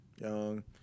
young